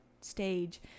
stage